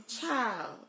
Child